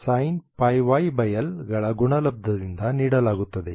ಮತ್ತು ಅದನ್ನು 2LsinπxL ಮತ್ತು sinπyL ಗಳ ಗುಣಲಬ್ಧದಿಂದ ನೀಡಲಾಗುತ್ತದೆ